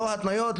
לא התניות,